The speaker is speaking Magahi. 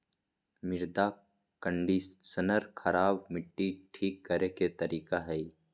मृदा कंडीशनर खराब मट्टी ठीक करे के तरीका हइ